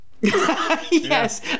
Yes